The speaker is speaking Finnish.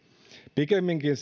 pikemminkin